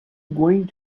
going